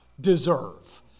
deserve